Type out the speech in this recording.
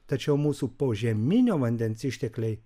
tačiau mūsų požeminio vandens ištekliai